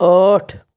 ٲٹھ